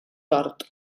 tort